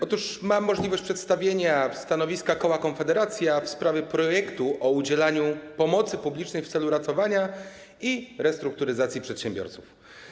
Otóż mam możliwość przedstawienia stanowiska koła Konfederacja w sprawie projektu ustawy o udzielaniu pomocy publicznej w celu ratowania lub restrukturyzacji przedsiębiorców.